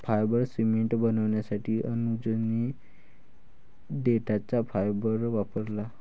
fibre cement बनवण्यासाठी अनुजने देठाचा फायबर वापरला